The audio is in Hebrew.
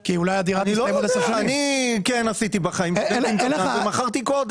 כי אולי הדירה --- אני כן קניתי מקבלן ומכרתי קודם.